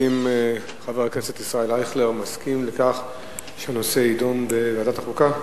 האם חבר הכנסת ישראל אייכלר מסכים שנושא יידון בוועדת החוקה?